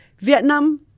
Vietnam